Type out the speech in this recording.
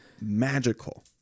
magical